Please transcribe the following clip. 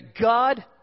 God